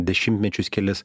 dešimtmečius kelis